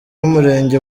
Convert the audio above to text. w’umurenge